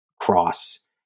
cross